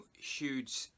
huge